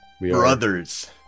Brothers